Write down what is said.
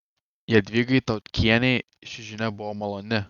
jadvygai tautkienei ši žinia buvo maloni